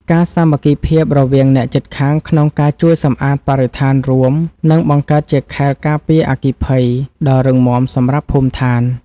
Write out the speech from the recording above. ការសាមគ្គីភាពរវាងអ្នកជិតខាងក្នុងការជួយសម្អាតបរិស្ថានរួមនឹងបង្កើតជាខែលការពារអគ្គិភ័យដ៏រឹងមាំសម្រាប់ភូមិឋាន។